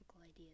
ideas